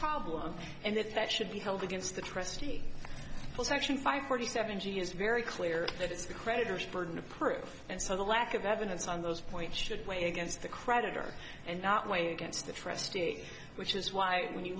problem and that that should be held against the trustee section five forty seven g is very clear that it's the creditors burden of proof and so the lack of evidence on those points should weigh against the creditor and not weigh against the trustee which is why when you